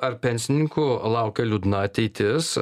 ar pensininkų laukia liūdna ateitis